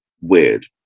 weird